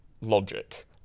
logic